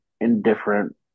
indifferent